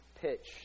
pitch